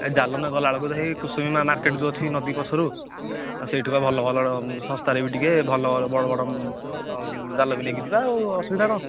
ଏଇ ଜାଲ ନେଇ ଗଲାବେଳକୁ ତ ହେଇ କୁସୁମୀ ମାର୍କେଟ୍ ଯେଉଁ ଅଛି ନଦୀ ପଛରୁ ଆଉ ସେଇଠୁ ବା ଭଲ ଭଲ ଶସ୍ତାରେ ବି ଟିକିଏ ଭଲ ବଡ଼ ବଡ଼ ଜାଲବି ନେଇକି ଯିବା ଆଉ ଅସୁବିଧା କ'ଣ